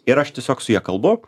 ir aš tiesiog su ja kalbu